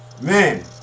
Man